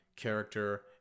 character